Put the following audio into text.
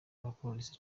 abapolisi